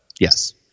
yes